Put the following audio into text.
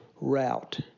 route